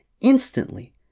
instantly